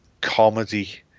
comedy